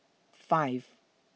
five